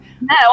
No